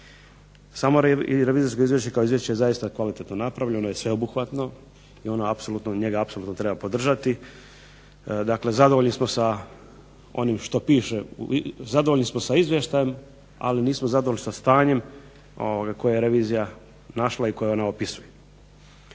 Samo revizorsko izvješće kao izvješće je kvalitetno napravljeno i sveobuhvatno i njega apsolutno treba podržati. Dakle, zadovoljni smo sa onim što piše zadovoljni smo sa izvještajem, ali nismo zadovoljni sa stanjem koje je revizija našla i o kojem ona piše.